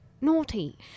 Naughty